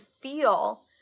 feel